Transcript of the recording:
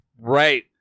right